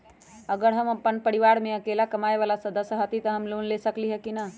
अगर हम अपन परिवार में अकेला कमाये वाला सदस्य हती त हम लोन ले सकेली की न?